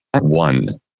One